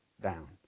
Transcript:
down